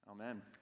Amen